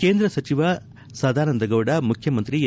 ಕೇಂದ್ರ ಸಚಿವ ಸದಾನಂದಗೌಡ ಮುಖ್ಯಮಂತ್ರಿ ಎಚ್